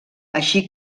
així